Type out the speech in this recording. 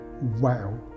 Wow